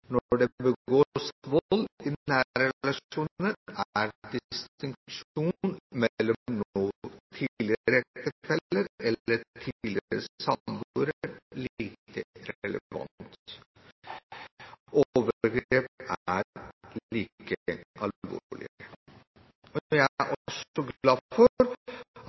Når det begås vold i nære relasjoner, er distinksjonen mellom tidligere ektefelle eller tidligere samboer lite relevant. Overgrepet er like alvorlig. Jeg er også glad for at